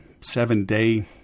Seven-day